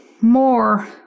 more